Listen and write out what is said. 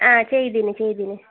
ആ ചെയ്തിന് ചെയ്തിന്